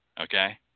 okay